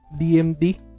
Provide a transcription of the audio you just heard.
DMD